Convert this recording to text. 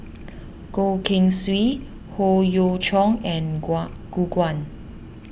Goh Keng Swee Howe Yoon Chong and Gu Juan